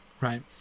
right